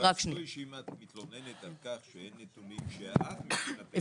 רצוי שאם את מתלוננת על כך שאין נתונים שאת ---,